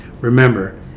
remember